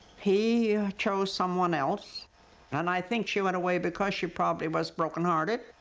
he chose someone else and i think she went away because she probably was broken-hearted.